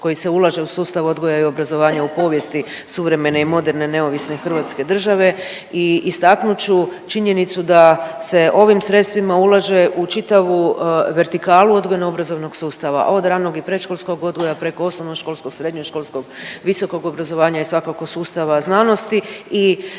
koji se ulaže u sustav odgoja i obrazovanja u povijesti suvremene i moderne neovisne Hrvatske države i istaknut ću činjenicu da se ovim sredstvima ulaže u čitavu vertikalu odgojno obrazovnog sustava od ranog i predškolskog odgoja, preko osnovnoškolskog, srednjoškolskog, visokog obrazovanja i svakako sustava znanosti